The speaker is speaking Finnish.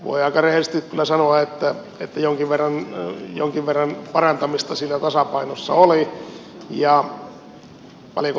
voitaneen sanoa että jonkin verran jonkin verran parantamista siinä tasapainossa oli